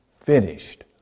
finished